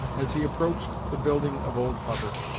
as he approached the building of old hutter,